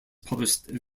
published